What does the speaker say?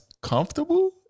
comfortable